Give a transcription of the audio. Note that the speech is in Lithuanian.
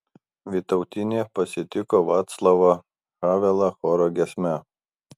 vytautinė pasitiko vaclavą havelą choro giesme